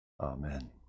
Amen